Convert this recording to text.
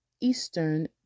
Eastern